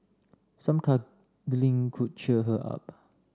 some cuddling could cheer her up